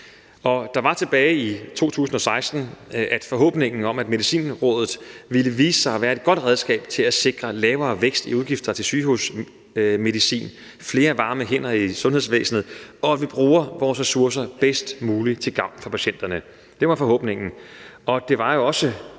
Der var tilbage i 2016 en forhåbning om, at Medicinrådet ville vise sig at være et godt redskab til at sikre lavere vækst i udgifter til sygehusmedicin, flere varme hænder i sundhedsvæsenet, og at vi bruger vores ressourcer bedst muligt til gavn for patienterne. Det var forhåbningen. Og det var jo også